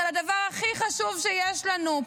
על הדבר הכי חשוב שיש לנו,